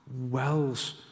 wells